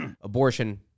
abortion